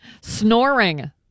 Snoring